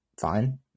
fine